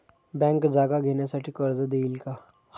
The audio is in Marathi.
बँक जागा घेण्यासाठी कर्ज देईल का?